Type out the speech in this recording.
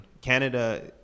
Canada